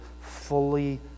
fully